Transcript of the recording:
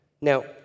Now